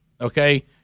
okay